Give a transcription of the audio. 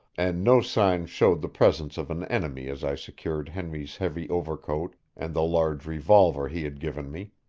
and no sign showed the presence of an enemy as i secured henry's heavy overcoat and the large revolver he had given me,